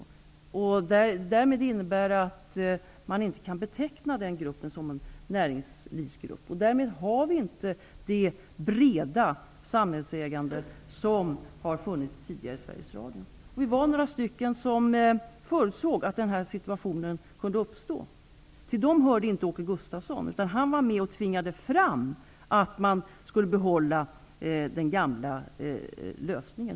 Det skulle därmed innebära att man inte kan beteckna gruppen som en näringslivsgrupp. Därmed har vi inte det breda samhällsägande som har funnits tidigare i Sveriges Radio. Vi var några som förutsåg att den här situationen kunde uppstå. Till dem hörde inte Åke Gustavsson. Han var med och tvingade fram beslutet om att man skulle behålla den gamla lösningen.